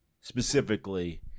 specifically